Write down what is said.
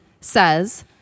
says